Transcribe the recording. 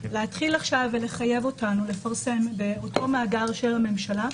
להתחיל עכשיו לחייב אותנו לפרסם באותו מאגר של הממשלה,